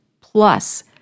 Plus